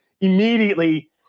immediately